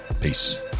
Peace